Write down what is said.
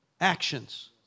actions